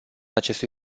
acestui